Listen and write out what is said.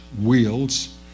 wheels